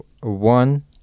one